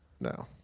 no